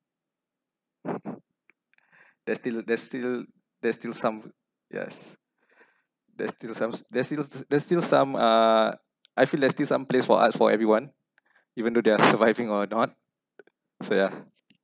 there's still there's still there's still some yes there's still some s~ there's still some uh I feel there's still some place for arts for everyone even though they are surviving or not so yeah